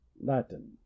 Latin